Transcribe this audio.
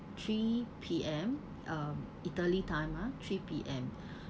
three P_M um italy time ah three P_M